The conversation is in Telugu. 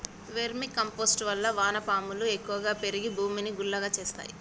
వెర్మి కంపోస్ట్ వల్ల వాన పాములు ఎక్కువ పెరిగి భూమిని గుల్లగా చేస్తాయి